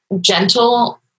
gentle